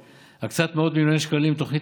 הקצאת מאות מיליוני שקלים לתוכניות